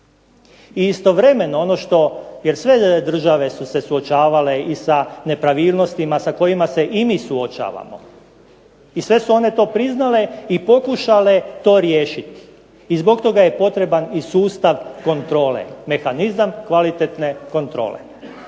I istovremeno ono što, jer sve države su se suočavale i sa nepravilnostima sa kojima se i mi suočavamo, i sve su one to priznale i pokušale to riješiti. I zbog toga je potreban i sustav kontrole, mehanizam kvalitetne kontrole.